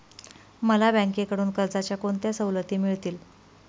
मला बँकेकडून कर्जाच्या कोणत्या सवलती मिळतील?